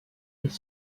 les